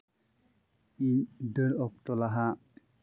ᱤᱧ ᱫᱟᱹᱲ ᱚᱠᱛᱚ ᱞᱟᱦᱟ